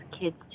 kids